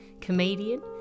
comedian